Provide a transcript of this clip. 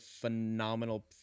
phenomenal